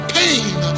pain